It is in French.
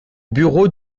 bureau